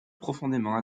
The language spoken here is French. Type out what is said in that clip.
profondément